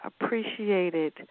appreciated